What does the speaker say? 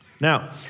Now